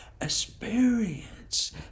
experience